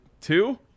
Two